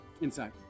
Inside